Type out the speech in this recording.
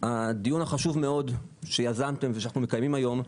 הדיון החשוב מאוד שיזמתם ושאנחנו מקיימים היום,